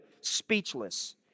speechless